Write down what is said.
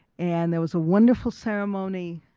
and there was a wonderful ceremony